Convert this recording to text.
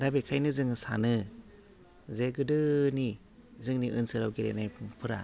दा बेखायनो जोङो सानो जे गोदोनि जोंनि ओनसोलाव गेलेनायफोरा